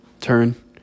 Turn